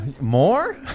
More